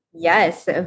Yes